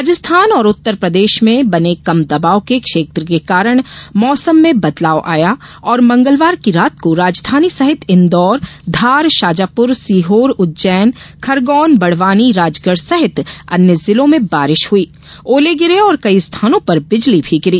राजस्थान और उत्तरप्रदेश में बने कम दबाव के क्षेत्र के कारण मौसम में बदलाव आया और मंगलवार की रात को राजधानी सहित इदौर धार शाजापुर सीहोर उज्जैन खरगोन बड़वानी राजगढ़ सहित अन्य जिलों में बारिश हुई ओले गिरे और कई स्थानों पर बिजली भी गिरी